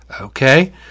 Okay